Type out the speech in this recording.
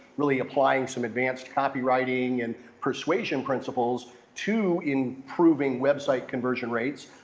really applying some advanced copywriting and persuasion principles to improving website conversion rates.